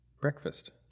breakfast